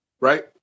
Right